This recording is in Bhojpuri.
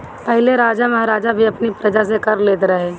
पहिले राजा महाराजा भी अपनी प्रजा से कर लेत रहे